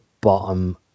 bottom